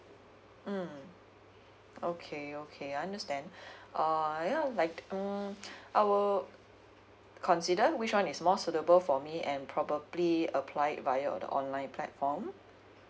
mm okay okay understand uh you know like um I will consider which [one] is more suitable for me and probably applied it via on the online platform